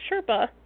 Sherpa